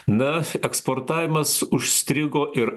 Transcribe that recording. na eksportavimas užstrigo ir